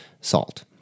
SALT